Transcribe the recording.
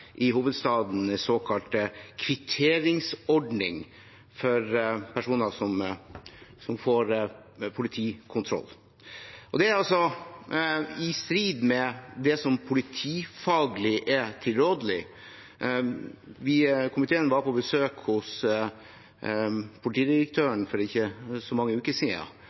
i hovedstaden. Det er i strid med det som politifaglig er tilrådelig. Vi i komiteen var på besøk hos politidirektøren for ikke så mange